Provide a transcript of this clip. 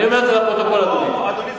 אני אומר את זה לפרוטוקול, אדוני.